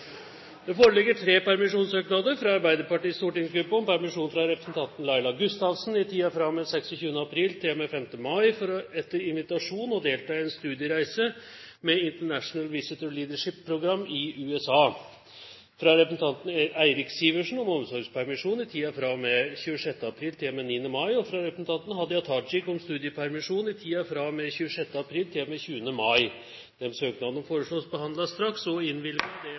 Det foreligger tre permisjonssøknader: fra Arbeiderpartiets stortingsgruppe om permisjon for representanten Laila Gustavsen i tiden fra og med 26. april til og med 5. mai for etter invitasjon å delta i en studiereise med «International Visitor Leadership Program» i USA fra representanten Eirik Sivertsen om omsorgspermisjon i tiden fra og med 26. april til og med 9. mai fra representanten Hadia Tajik om studiepermisjon i tiden fra og med 26. april til og med 20. mai